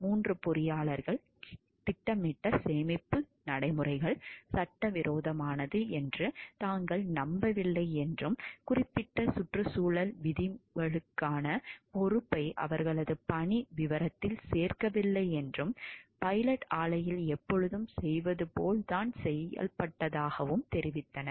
3 பொறியாளர்கள் திட்டமிட்ட சேமிப்பு நடைமுறைகள் சட்டவிரோதமானது என்று தாங்கள் நம்பவில்லை என்றும் குறிப்பிட்ட சுற்றுச்சூழல் விதிகளுக்கான பொறுப்பை அவர்களது பணி விவரத்தில் சேர்க்கவில்லை என்றும் பைலட் ஆலையில் எப்பொழுதும் செய்வது போல் தான் செயல்பட்டதாகவும் தெரிவித்தனர்